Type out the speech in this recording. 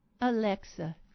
Alexa